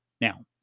Now